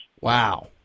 Wow